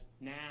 now